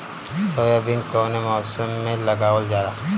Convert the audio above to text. Soybean कौने मौसम में लगावल जा?